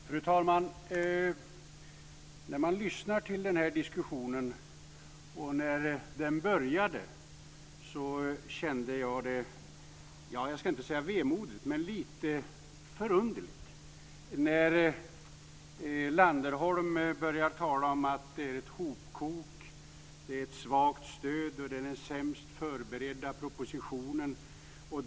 Fru talman! När jag lyssnade till inledningen av den här diskussionen kändes det lite förunderligt. Henrik Landerholm talade om att det var ett hopkok, ett svagt stöd och den sämst förberedda propositionen.